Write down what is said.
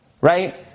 right